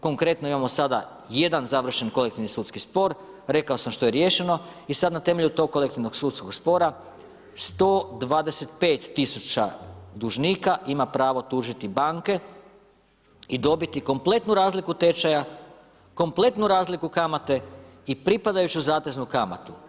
Konkretno, imamo sada jedan završeni kolektivni sudski spor, rekao sam što je riješeno i sad na temelju tog kolektivnog sudskog spora, 125 000 dužnika ima pravo tužiti banke i dobiti kompletnu razliku tečaja, kompletnu razliku kamate i pripadajuću zateznu kamatu.